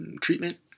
treatment